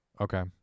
Okay